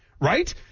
right